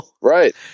Right